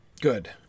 good